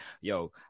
Yo